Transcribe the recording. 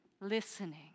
listening